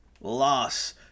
loss